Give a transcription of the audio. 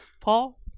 Paul